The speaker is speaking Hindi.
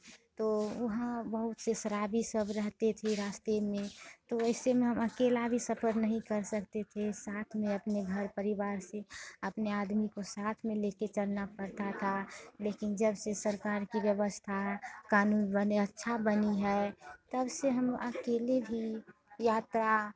तो वहाँ बहुत से शराबी सब रहते थे रास्ते में तो ऐसे में हम अकेला भी सफर नहीं कर सकते थे साथ में अपने घर परिवार से अपने आदमी को साथ में लेकर चलना पड़ता था लेकिन जब से सरकार की व्यवस्था कानून बने अच्छा बनी है तब से हम अकेले भी यात्रा